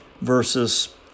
versus